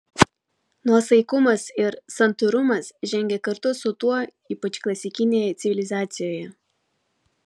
nuosaikumas ir santūrumas žengė kartu su tuo ypač klasikinėje civilizacijoje